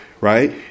right